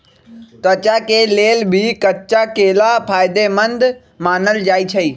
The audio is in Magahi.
त्वचा के लेल भी कच्चा केला फायेदेमंद मानल जाई छई